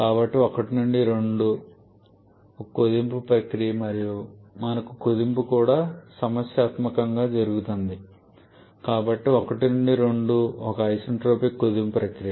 కాబట్టి 1 నుండి 2 ఒక కుదింపు ప్రక్రియ మరియు మనకు కుదింపు కూడా సమస్యాత్మకంగా జరుగుతుంది కాబట్టి 1 నుండి 2 ఒక ఐసెన్ట్రోపిక్ కుదింపు ప్రక్రియ